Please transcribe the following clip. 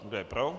Kdo je pro?